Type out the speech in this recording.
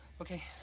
okay